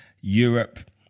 Europe